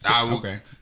okay